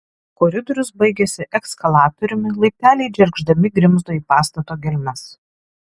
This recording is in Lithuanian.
koridorius baigėsi eskalatoriumi laipteliai džergždami grimzdo į pastato gelmes